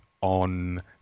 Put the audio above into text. on